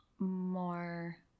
more